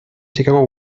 chicago